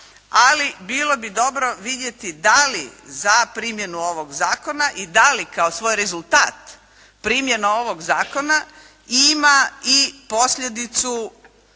Ali bilo bi dobro vidjeti da li za primjenu ovog zakona i da li kao svoj rezultat primjena ovog zakona ima i posljedicu